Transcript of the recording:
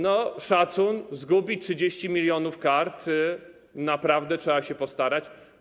No, szacun, zgubić 30 mln kart - naprawdę trzeba się postarać.